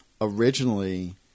originally